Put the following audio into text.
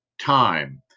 time